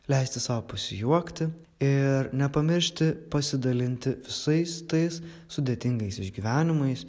leisti sau pasijuokti ir nepamiršti pasidalinti visais tais sudėtingais išgyvenimais